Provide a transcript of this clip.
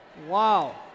Wow